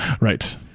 right